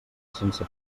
sense